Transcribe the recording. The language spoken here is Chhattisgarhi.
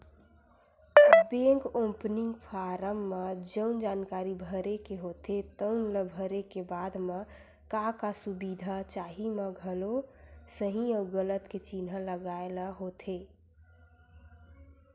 बेंक ओपनिंग फारम म जउन जानकारी भरे के होथे तउन ल भरे के बाद म का का सुबिधा चाही म घलो सहीं अउ गलत के चिन्हा लगाए ल होथे